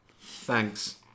Thanks